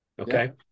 Okay